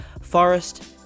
forest